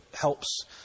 helps